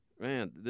Man